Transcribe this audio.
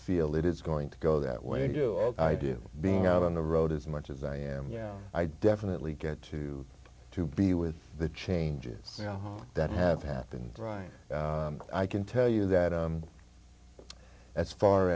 feel it is going to go that way do i do being out on the road as much as i am yeah i definitely get to to be with the changes that have happened right i can tell you that as far